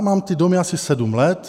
Mám ty domy asi sedm let.